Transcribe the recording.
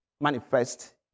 manifest